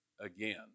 again